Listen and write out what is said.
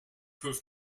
proof